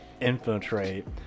infiltrate